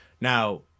Now